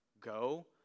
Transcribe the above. Go